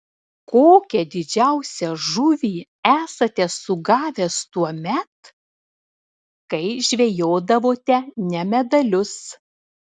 kokią didžiausią žuvį esate sugavęs tuomet kai žvejodavote ne medalius